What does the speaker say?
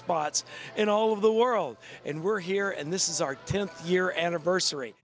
spots in all of the world and we're here and this is our th year anniversary